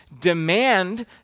demand